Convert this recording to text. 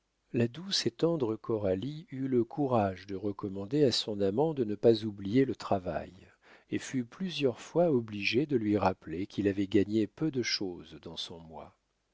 la douce et tendre coralie eut le courage de recommander à son amant de ne pas oublier le travail et fut plusieurs fois obligée de lui rappeler qu'il avait gagné peu de chose dans son